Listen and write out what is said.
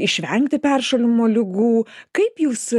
išvengti peršalimo ligų kaip jūs